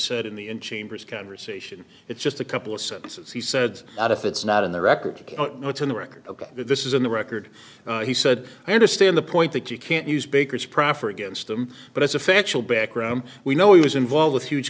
said in the in chambers conversation it's just a couple of sentences he said that if it's not in the record it's in the record this is in the record he said i understand the point that you can't use baker's proffer against them but as a factual back room we know he was involved with huge